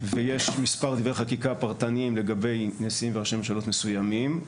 ויש מספר דברי חקיקה פרטניים לגבי נשיאים וראשי ממשלות מסוימים,